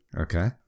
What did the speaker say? Okay